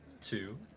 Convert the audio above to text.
Two